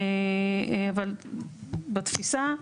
אבל בתפיסה,